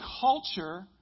culture